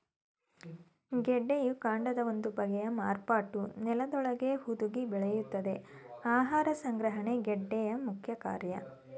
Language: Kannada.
ಗೆಡ್ಡೆಯು ಕಾಂಡದ ಒಂದು ಬಗೆಯ ಮಾರ್ಪಾಟು ನೆಲದೊಳಗೇ ಹುದುಗಿ ಬೆಳೆಯುತ್ತದೆ ಆಹಾರ ಸಂಗ್ರಹಣೆ ಗೆಡ್ಡೆ ಮುಖ್ಯಕಾರ್ಯ